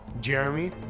Jeremy